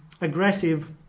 aggressive